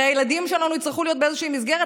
הרי הילדים שלנו יצטרכו להיות באיזושהי מסגרת,